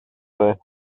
were